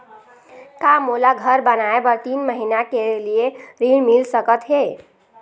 का मोला घर बनाए बर तीन महीना के लिए ऋण मिल सकत हे?